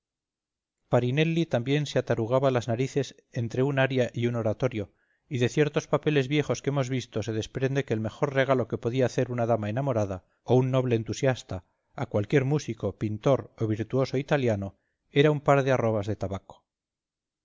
farinelli también se atarugaba las narices entre un aria y un oratorio y de ciertos papeles viejos que hemos visto se desprende que el mejor regalo que podía hacer una dama enamorada o un noble entusiasta a cualquier músico pintor o virtuoso italiano era un par de arrobas de tabaco